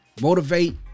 motivate